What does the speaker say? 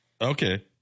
Okay